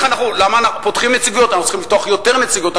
אנחנו צריכים לפתוח יותר נציגויות,